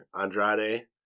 Andrade